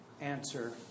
answer